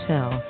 Tell